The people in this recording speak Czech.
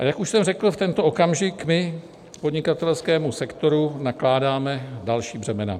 A jak už jsem řekl, v tento okamžik my podnikatelskému sektoru nakládáme další břemena.